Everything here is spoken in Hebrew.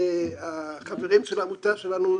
החברים של העמותה שלנו,